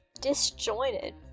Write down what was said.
disjointed